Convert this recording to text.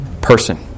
person